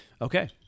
Okay